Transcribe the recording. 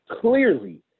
clearly